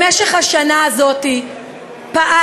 במשך השנה הזאת פעלנו,